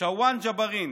שעואן ג'בארין,